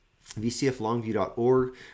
vcflongview.org